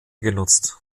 genutzt